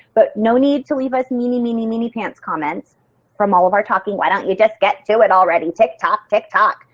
but no need to leave us meany, meany meany comments from all of our talking. why don't you just get to it already, tick tock, tick tock?